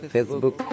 Facebook